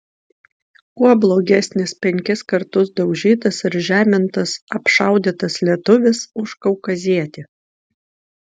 kuo blogesnis penkis kartus daužytas ir žemintas apšaudytas lietuvis už kaukazietį